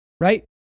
Right